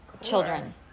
children